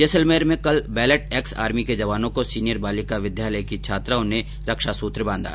जैसलमेर में कल बैलट एक्स आर्मी के जवानों को सीनियर बालिका विद्यालय की छात्राओं ने रक्षास्त्र बांधा